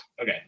Okay